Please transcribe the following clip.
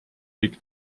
riik